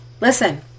Listen